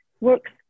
works